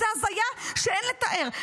זו הזיה שאין לתאר.